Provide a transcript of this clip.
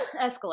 escalate